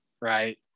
right